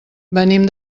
venim